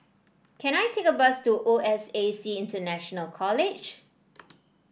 can I take a bus to O S A C International College